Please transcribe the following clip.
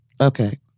Okay